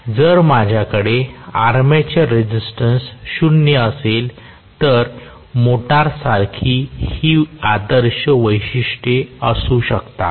जर माझ्याकडे armature resistance शून्य असेल तर मोटारसाठी ही आदर्श वैशिष्ट्ये असू शकतात